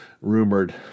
rumored